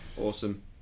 awesome